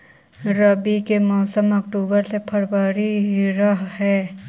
रब्बी के मौसम अक्टूबर से फ़रवरी रह हे